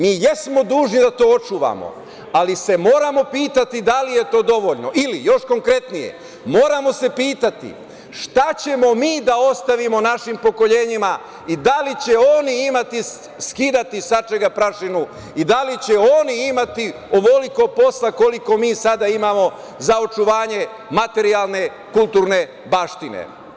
Mi jesmo dužni da to očuvamo, ali se moramo pitati da li je to dovoljno ili još konkretnije, moramo se pitati, šta ćemo mi da ostavimo našim pokoljenjima i da li će oni imati skidati sa nečega prašinu i da li će oni imati ovoliko posla koliko mi sada imamo za očuvanje materijalne kulturne baštine.